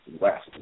west